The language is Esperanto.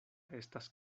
estas